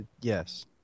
Yes